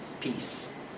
peace